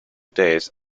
days